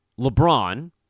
LeBron